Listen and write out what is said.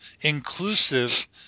inclusive